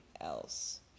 else